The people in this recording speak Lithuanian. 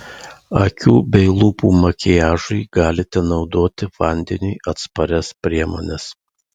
akių bei lūpų makiažui galite naudoti vandeniui atsparias priemones